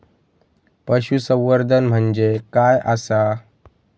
पशुसंवर्धन म्हणजे काय आसा?